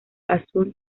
azul